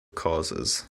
causes